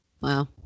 Wow